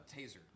taser